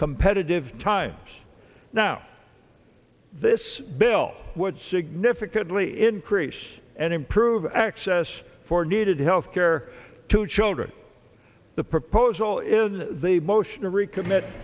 competitive time now this bill would significantly increase and improve access for needed health care to children the proposal in the motion to recommit